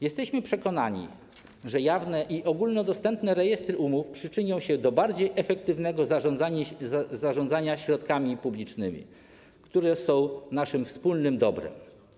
Jesteśmy przekonani, że jawne i ogólnodostępne rejestry umów przyczynią się do bardziej efektywnego zarządzania środkami publicznymi, które są naszym wspólnym dobrem.